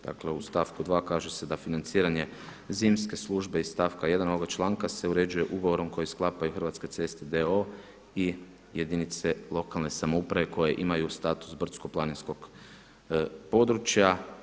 Dakle u stavku 2. kaže se da financiranje zimske službe iz stavka 1. ovoga članka se uređuje ugovorom koji sklapaju Hrvatske ceste d.o.o. i jedinice lokalne samouprave koje imaju status brdsko-planinskog područja.